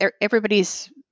everybody's